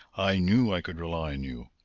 i knew i could rely on you.